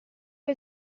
che